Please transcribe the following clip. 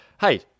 hey